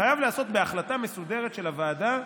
חייב להיעשות בהחלטה מסודרת של הוועדה,